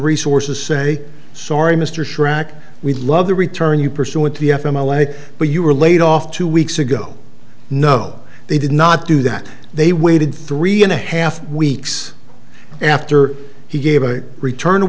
resources say sorry mr chirac we'd love to return you pursuant to the f m l a but you were laid off two weeks ago no they did not do that they waited three and a half weeks after he gave a return